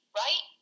right